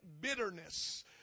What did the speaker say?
bitterness